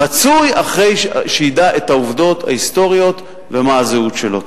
רצוי אחרי שידע את העובדות ההיסטוריות ומה הזהות שלו.